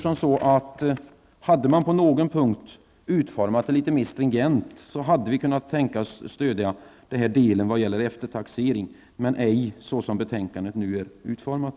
Om man på någon punkt hade formulerat sig litet mer stringent, hade vi kunnat stödja delen vad gäller eftertaxering, men det kan vi inte nu såsom betänkandet är utformat.